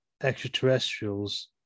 extraterrestrials